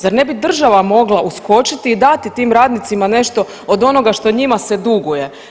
Zar ne bi država mogla uskočiti i dati tim radnicima nešto od onoga što njima se duguje.